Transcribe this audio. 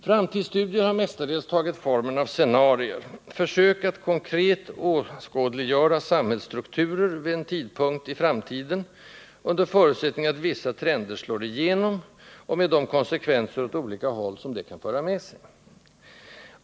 Framtidsstudier har mestadels tagit formen av ”scenarier” — försök att konkret åskådliggöra samhällsstrukturer vid en tidpunkt i framtiden, under förutsättning att vissa trender slår igenom, med de konsekvenser åt olika håll som de kan föra med sig.